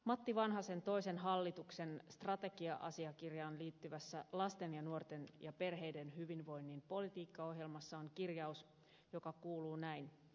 matti vanhasen toisen hallituksen strategia asiakirjaan liittyvässä lasten ja nuorten ja perheiden hyvinvoinnin politiikkaohjelmassa on kirjaus joka kuuluu näin